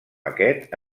aquest